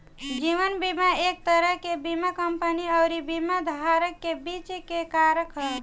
जीवन बीमा एक तरह के बीमा कंपनी अउरी बीमा धारक के बीच के करार ह